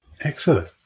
Excellent